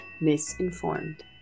misinformed